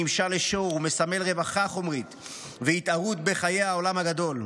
שנמשל לשור ומסמל רווחה חומרית והתערות בחיי העולם הגדול.